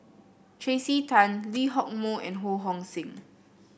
Tracey Tan Lee Hock Moh and Ho Hong Sing